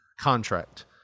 contract